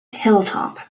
hilltop